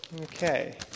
Okay